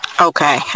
Okay